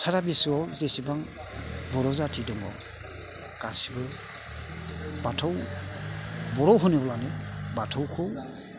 सारा बिस्वआव जेसेबां बर' जाथि दङ गासिबो बाथौ बर' होनोब्ला बाथौखौ